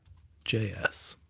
js.